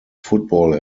football